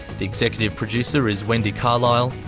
the executive producer is wendy carlisle.